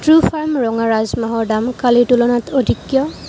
ট্ৰোফাৰ্ম ৰঙা ৰাজমাহৰ দাম কালিৰ তুলনাত অধিক কিয়